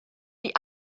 die